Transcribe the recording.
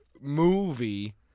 movie